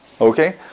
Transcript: Okay